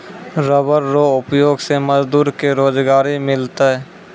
rubber रो उपयोग से मजदूर के रोजगारी मिललै